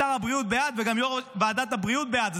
שר הבריאות בעד וגם יו"ר ועדת הבריאות בעד.